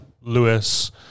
Lewis